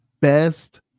best